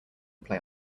play